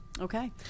Okay